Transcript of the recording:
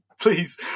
please